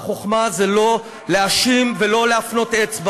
אין שום